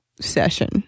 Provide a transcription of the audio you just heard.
session